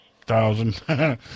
thousand